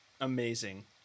Amazing